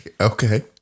Okay